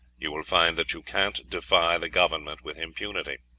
you will find that you can't defy the government with impunity.